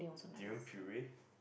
durian puree